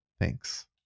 thanks